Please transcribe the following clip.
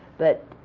but